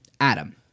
Adam